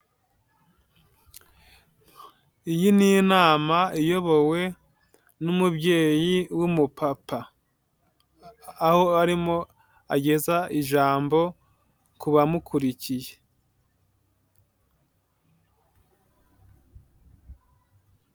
Iyi ni inama iyobowe n'umubyeyi w'umupapa, aho arimo ageza ijambo ku bamukurikiye.